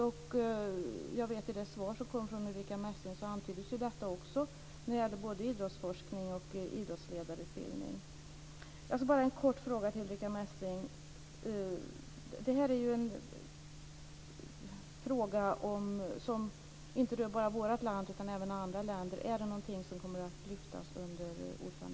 I det svar som kom från Ulrica Messing antyddes detta också när det gäller både idrottsforskning och idrottsledarutbildning. Jag har en kort fråga till Ulrica Messing, och den rör inte bara vårt land utan även andra länder: Är detta någonting som kommer att lyftas fram under ordförandeskapet?